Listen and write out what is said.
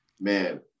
man